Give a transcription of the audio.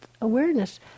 awareness